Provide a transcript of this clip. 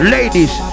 Ladies